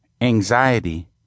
anxiety